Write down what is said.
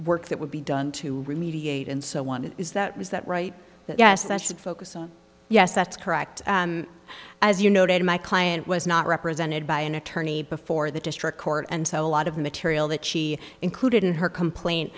work that would be done to remediate and so on it is that was that right that yes i should focus on yes that's correct as you noted my client was not represented by an attorney before the district court and so a lot of material that she included in her complaint